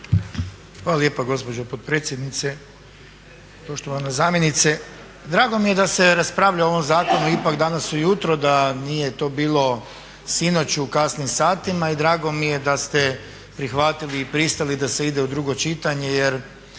Hvala lijepo gospođo potpredsjednice. Poštovana zamjenice. Drago mi je da se raspravlja o ovom zakonu ipak danas ujutro, da nije to bilo sinoć u kasnim satima i drago mi je da ste prihvatili i pristali da se ide u drugo čitanje jer